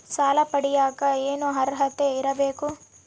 ಸಾಲ ಪಡಿಯಕ ಏನು ಅರ್ಹತೆ ಇರಬೇಕು?